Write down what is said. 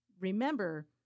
Remember